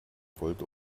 wollte